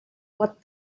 what